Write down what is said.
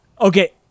Okay